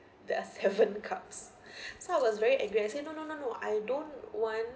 there are seven cups so I was very angry I say no no no no I don't want